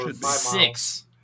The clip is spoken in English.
Six